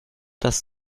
das